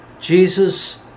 Jesus